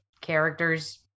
characters